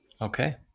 okay